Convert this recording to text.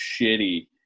shitty